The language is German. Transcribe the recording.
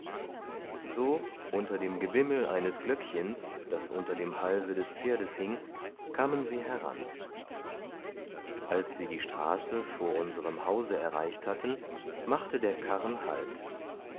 so unter dem gebimmel eines glöckchens das unter dem halse des pferdes hing kamen sie heran als sie die straße vor unserem hause erreicht hatten machte der karren halt